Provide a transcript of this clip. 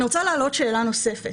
אני רוצה להעלות שאלה נוספת.